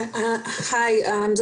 שלום.